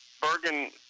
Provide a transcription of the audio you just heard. Bergen